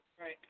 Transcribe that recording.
Right